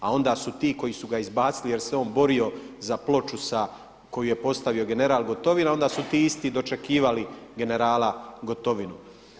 A onda su ti koji su ga izbacili jer se on borio za ploču koju je postavio general Gotovina onda su ti isti dočekivali generala Gotovinu.